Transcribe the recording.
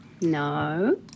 No